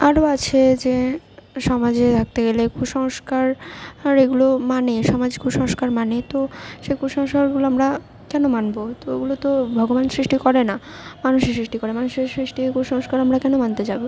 আরও আছে যে সমাজে থাকতে গেলে কুসংস্কার আর এগুলো মানে সমাজ কুসংস্কার মানে তো সে কুসংস্কারগুলো আমরা কেন মানবো তো ওগুলো তো ভগবান সৃষ্টি করে না মানুষে সৃষ্টি করে মানুষের সৃষ্টি কুসংস্কার আমরা কেন মানতে যাবো